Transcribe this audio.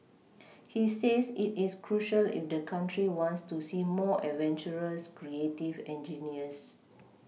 he says it is crucial if the country wants to see more adventurous creative engineers